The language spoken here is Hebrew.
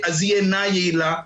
היא איננה יעילה.